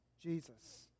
Jesus